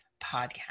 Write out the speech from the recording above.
podcast